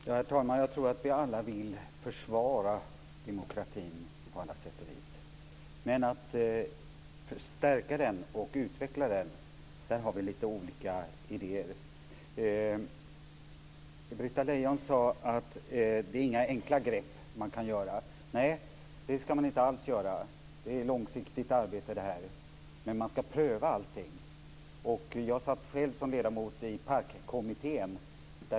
Herr talman! Jag tror att vi alla vill försvara demokratin på alla sätt och vis. Men när det gäller att stärka den och utveckla den har vi lite olika idéer. Britta Lejon sade att det inte är några enkla grepp man kan ta. Nej, det ska man inte alls göra. Det här är ett långsiktigt arbete. Men man ska pröva allting. Jag satt själv som ledamot i PARK-kommittén.